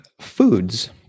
foods